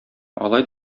алай